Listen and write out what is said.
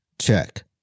check